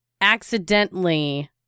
accidentally